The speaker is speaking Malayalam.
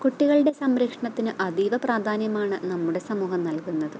കുട്ടികളുടെ സംരക്ഷണത്തിന് അതീവ പ്രാധാന്യമാണ് നമ്മുടെ സമൂഹം നൽകുന്നത്